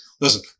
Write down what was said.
Listen